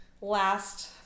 Last